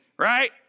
Right